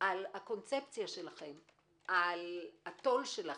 על הקונספציה שלכם, על הטון שלכם,